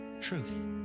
truth